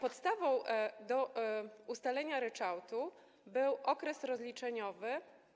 Podstawą do ustalenia ryczałtu był okres rozliczeniowy.